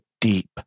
deep